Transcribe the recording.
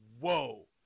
whoa